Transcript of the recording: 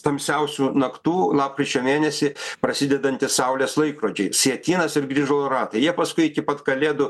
tamsiausių naktų lapkričio mėnesį prasidedantys saulės laikrodžiai sietynas ir grįžulo ratai jie paskui iki pat kalėdų